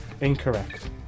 incorrect